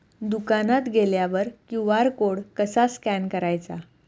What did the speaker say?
दुकानात गेल्यावर QR code कसा स्कॅन करायचा?